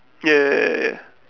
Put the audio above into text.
ya ya ya ya